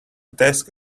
desk